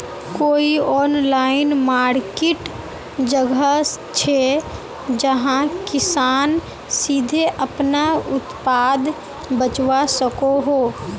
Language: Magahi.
कोई ऑनलाइन मार्किट जगह छे जहाँ किसान सीधे अपना उत्पाद बचवा सको हो?